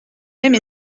même